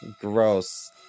Gross